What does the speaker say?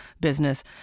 business